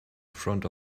front